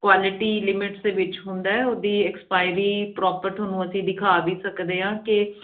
quality limits ਦੇ ਵਿੱਚ ਹੁੰਦਾ ਉਹਦੀ ਐਕਸਪਾਇਰੀ ਪ੍ਰੋਪਰ ਤੁਹਾਨੂੰ ਅਸੀਂ ਦਿਖਾ ਵੀ ਸਕਦੇ ਹਾਂ ਕਿ